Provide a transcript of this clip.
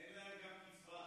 אין להם גם קצבה.